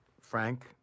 Frank